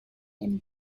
him